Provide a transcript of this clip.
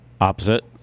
Opposite